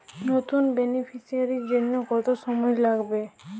নতুন বেনিফিসিয়ারি জন্য কত সময় লাগবে?